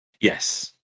Yes